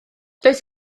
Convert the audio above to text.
does